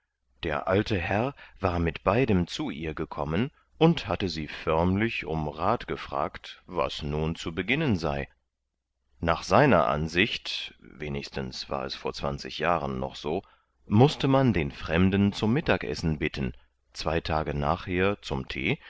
der alte herr war mit beidem zu ihr gekommen und hatte sie förmlich um rat gefragt was nun zu beginnen sei nach seiner ansicht wenigstens war es vor zwanzig jahren noch so mußte man den fremden zum mittagessen bitten zwei tage nachher zum tee